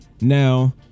now